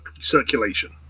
circulation